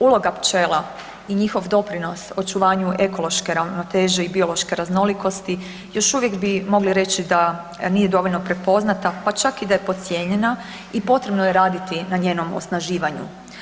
Uloga pčela i njihov doprinos očuvanju ekološke ravnoteže i biološke raznolikosti još uvijek bi mogli reći da nije dovoljno prepoznata, pa čak i da je podcijenjena i potrebno je raditi na njenom osnaživanju.